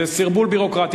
זה סרבול ביורוקרטי.